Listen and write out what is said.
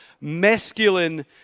masculine